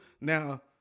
Now